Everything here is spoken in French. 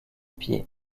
pied